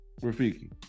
Rafiki